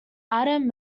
adam